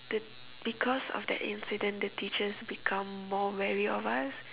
the because of that incident the teachers become more wary of us